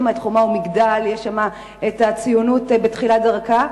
יש שם "חומה ומגדל", יש שם הציונות בתחילת דרכה,